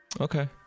Okay